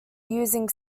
using